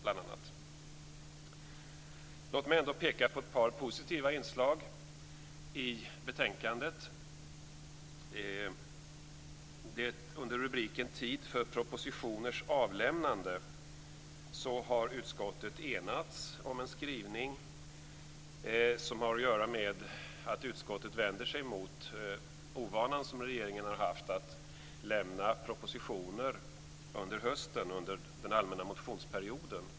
Låt mig ändå peka på ett par positiva inslag i betänkandet. Under rubriken "Tid för propositioners avlämnande" har utskottet enats om en skrivning som har att göra med att utskottet vänder sig mot ovanan som regeringen har haft att lämna propositioner under hösten under den allmänna motionsperioden.